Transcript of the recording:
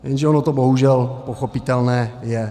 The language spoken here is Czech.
Jenže ono to bohužel pochopitelné je.